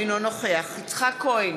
אינו נוכח יצחק כהן,